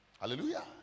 Hallelujah